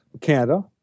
Canada